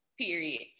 Period